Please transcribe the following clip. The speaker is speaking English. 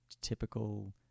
typical